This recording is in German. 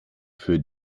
für